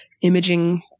imaging